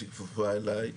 שהיא כפופה אליי,